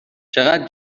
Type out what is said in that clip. چقد